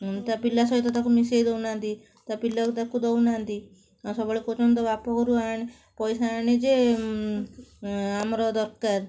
ତା ପିଲା ସହିତ ତାକୁ ମିଶାଇ ଦଉନାହାଁନ୍ତି ତା ପିଲାକୁ ତାକୁ ଦଉନାହାଁନ୍ତି ଆଉ ସବୁବେଳେ କହୁଛନ୍ତି ତ ବାପ ଘରୁ ଆଣେ ପଇସା ଆଣେ ଯେ ଆମର ଦରକାର